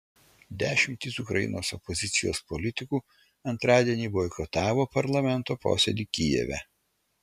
dešimtys ukrainos opozicijos politikų antradienį boikotavo parlamento posėdį kijeve